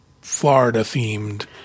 Florida-themed